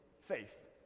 faith